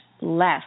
less